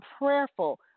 prayerful